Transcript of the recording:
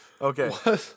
Okay